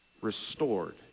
restored